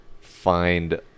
find